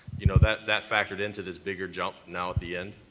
you know, that that factored into this bigger jump now at the end?